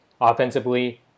Offensively